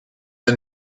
the